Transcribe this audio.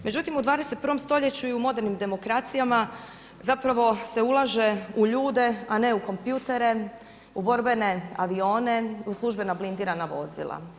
Međutim, u 21. stoljeću i u modernim demokracijama zapravo se ulaže u ljude, a ne u kompjutere, u borbene avione, u službena blindirana vozila.